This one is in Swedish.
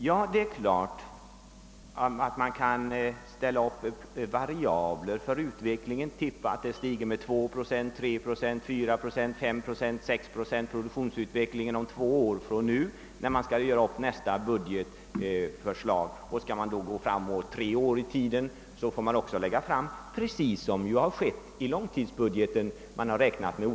Självfallet kan man ställa upp variabler för utvecklingen när man gör upp budgetförslaget för det kommande året och ange olika alternativ med hänsyn till om produktionsutvecklingen två år framåt i tiden kommer att ha visat en ökning med 2, 3, 4, 5 eller 6 procent. Skall man då gå tre år framåt i tiden får man också räkna med olika alternativ, precis som skett i långtidsbudgeten.